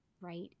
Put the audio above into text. right